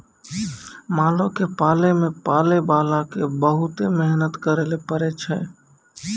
मालो क पालै मे पालैबाला क बहुते मेहनत करैले पड़ै छै